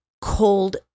cold